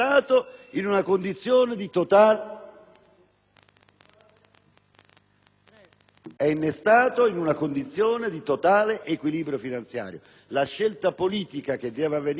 è innestato in una condizione di totale equilibrio finanziario. La scelta politica che deve avvenire in quest'Aula in modo chiaro e trasparente